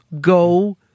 go